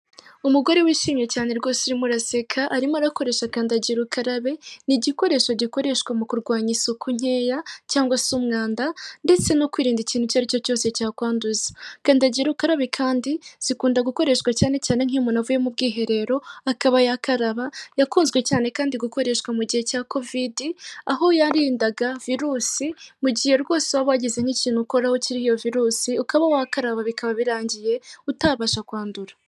Umugore wishimye cyane rwose urimo uraseka, arimo arakoresha kandagira ukarabe, ni igikoresho gikoreshwa mu kurwanya isuku nkeya, cyangwa se umwanda, ndetse no kwirinda ikintu icyo ari cyo cyose cyakwanduza. Kandagira ukarabe kandi zikunda gukoreshwa cyane cyane nkiyo umuntu avuye mu bwiherero akaba yakaraba, yakunzwe cyane kandi gukoreshwa mu gihe cya covid aho yarindaga virusi mu gihe rwose waba wagize nk'ikintu ukoraho kiriho iyo virusi, ukaba wakaraba bikaba birangiye utabasha kwandura.